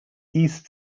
east